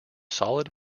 solid